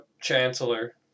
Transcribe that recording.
Chancellor